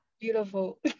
Beautiful